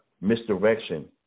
misdirection